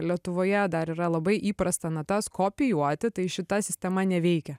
letuvoje dar yra labai įprasta natas kopijuoti tai šita sistema neveikia